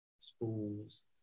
schools